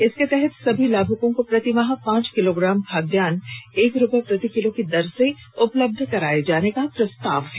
इस योजना के तहत सभी लाभुकों को प्रति माह पांच किलोग्राम खाद्यान एक रुपए प्रति किलो की दर से उपलब्ध कराए जाने का प्रस्ताव है